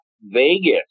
Vegas